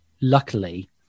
luckily